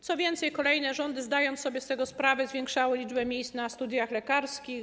Co więcej, kolejne rządy, zdając sobie z tego sprawę, zwiększały liczbę miejsc na studiach lekarskich.